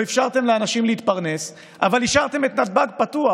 לא אפשרתם לאנשים להתפרנס אבל השארתם את נתב"ג פתוח,